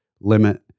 limit